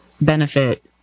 benefit